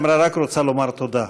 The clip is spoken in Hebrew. אבל היא אמרה שהיא רק רוצה לומר תודה.